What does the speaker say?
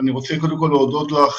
בוא ניסע לפרו.